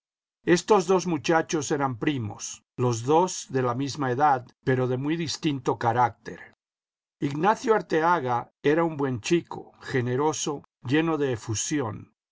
estos dos muchachos eran primos los dos de la misma edad pero de muy distinto carácter ignacio arteaga era un buen chico generoso lleno de efusión